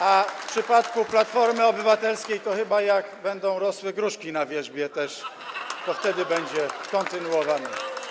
A w przypadku Platformy Obywatelskiej to chyba jak będą rosły gruszki na wierzbie, to wtedy będzie kontynuowany.